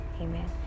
amen